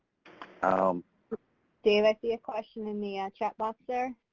um dave, i see a question in the ah chat box there.